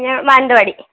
ഞാന് മാനന്തവാടി